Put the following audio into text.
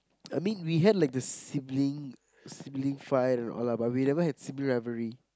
I mean we had like the sibling sibling fight and all lah but we never have sibling rivalry